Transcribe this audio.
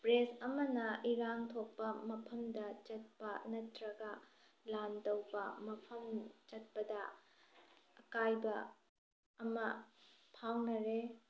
press ꯑꯃꯅ ꯏꯔꯥꯡ ꯊꯣꯛꯄ ꯃꯐꯝꯗ ꯆꯠꯄ ꯅꯠꯇ꯭ꯔꯒ ꯂꯥꯟ ꯇꯧꯕ ꯃꯐꯝ ꯆꯠꯄꯗ ꯑꯀꯥꯏꯕ ꯑꯃ ꯐꯥꯎꯅꯔꯦ